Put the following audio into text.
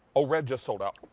oh, red just sold out.